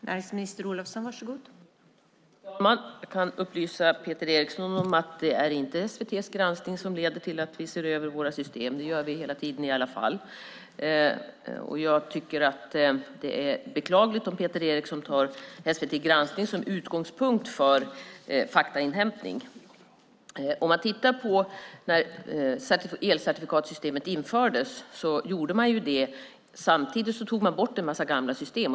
Fru talman! Jag kan upplysa Peter Eriksson om att det inte är SVT:s granskning som leder till att vi ser över våra system. Det gör vi hela tiden i alla fall. Jag tycker att det är beklagligt om Peter Eriksson tar SVT:s granskning som utgångspunkt för faktainhämtning. När elcertifikatssystemet infördes tog man samtidigt bort en massa gamla system.